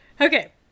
Okay